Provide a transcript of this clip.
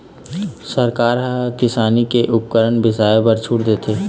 सरकार ह किसानी के उपकरन बिसाए बर छूट देथे